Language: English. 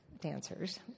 dancers